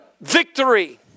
Victory